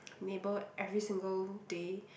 neighbour every single day